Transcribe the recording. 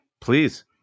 Please